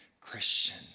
Christian